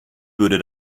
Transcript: würde